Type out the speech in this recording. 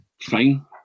fine